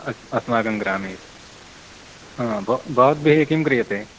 अस्माकं ग्रामे भवद्भिः किं क्रियते